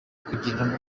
kubigiramo